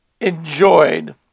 enjoyed